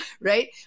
Right